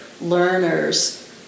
learners